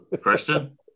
Christian